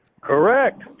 Correct